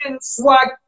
swag